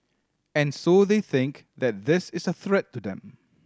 and so they think that this is a threat to them